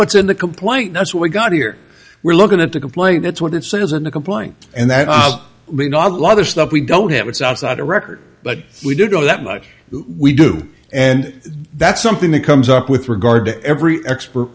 what's in the complaint that's what we got here we're looking at the complaint that's what it says in the complaint and that was not like other stuff we don't have it's outside a record but we did know that much we do and that's something that comes up with regard to every expert